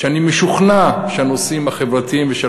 שאני משוכנע שהנושאים החברתיים והנושאים